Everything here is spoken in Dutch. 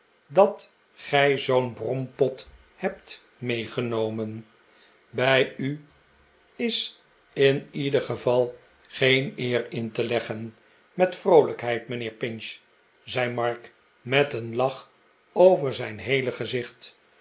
dat gij zoo'n brompot hebt meegenomen bij u is in ieder geval geen eer in te leggen met vroolijkheid mijnheer pinch zei mark met een lach over zijn heele gezicht